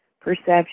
perception